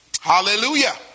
Hallelujah